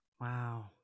Wow